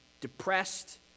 depressed